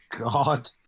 god